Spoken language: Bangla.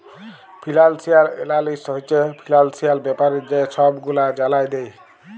ফিলালশিয়াল এলালিস্ট হছে ফিলালশিয়াল ব্যাপারে যে ছব গুলা জালায় দেই